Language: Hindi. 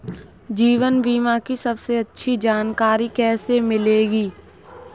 जीवन बीमा की सबसे अच्छी जानकारी कैसे मिलेगी?